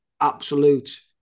absolute